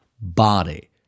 body